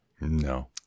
no